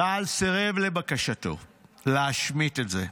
צה"ל סירב לבקשתו להשמיט את זה.